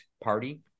party